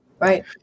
Right